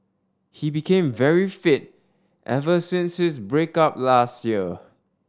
he became very fit ever since his break up last year